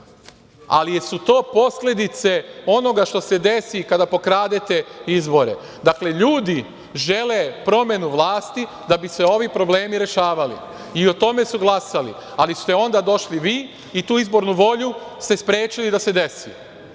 Ali, su to posledice onoga što se deli kada pokradete izbore. Dakle, ljudi žele promenu vlasti da bi se ovi problemi rešavali i o tome su glasali, ali ste onda došli vi i tu izbornu volju ste sprečili da se desi.